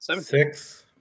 Six